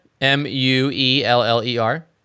M-U-E-L-L-E-R